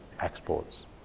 exports